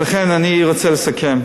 אני רוצה לסכם.